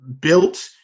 built